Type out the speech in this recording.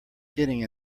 getting